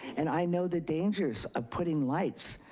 and i know the dangers of putting lights,